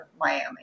Miami